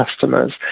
customers